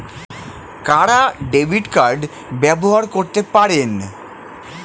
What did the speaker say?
কারা debit card ব্যবহার করতে পারেন?